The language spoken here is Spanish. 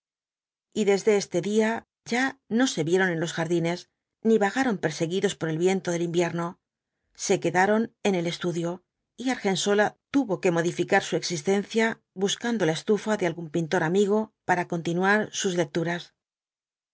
y desde este día ya no se vieron en los jardines ni vagaron perseguidos por el viento del invierno se quedaron en el estudio y argensola tuvo que modificar su existencia buscando la estufa de algún pintor amigo para continuar sus lecturas